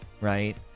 right